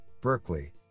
Berkeley